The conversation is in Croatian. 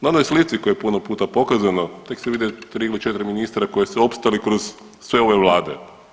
Na onoj slici koja je puno puta pokazano tek se vide 3 ili 4 ministra koji su opstali kroz sve ove vlade.